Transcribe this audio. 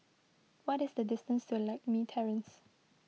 what is the distance to Lakme Terrace